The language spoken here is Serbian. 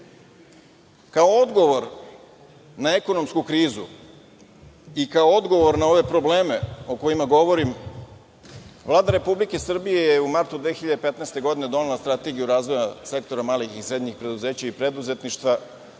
odgovor na ekonomsku krizu i kao odgovor na ove probleme o kojima govorim, Vlada Republike Srbije je u martu 2015. godine donela Strategiju razvoja sektora malih i srednjih preduzeća i preduzetništva sa